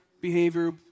behavior